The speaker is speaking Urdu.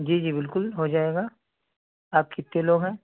جی جی بالکل ہو جائے گا آپ کتنے لوگ ہیں